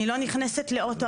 אני לא נכנסת לאוטו,